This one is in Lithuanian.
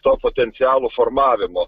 to potencialo formavimo